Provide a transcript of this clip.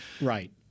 Right